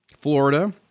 Florida